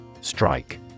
Strike